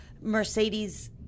Mercedes